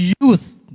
youth